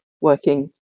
working